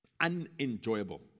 unenjoyable